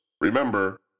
Remember